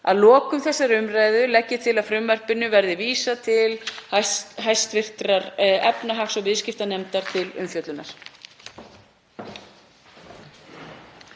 Að lokinni þessari umræðu legg ég til að frumvarpinu verði vísað til hv. efnahags- og viðskiptanefndar til umfjöllunar.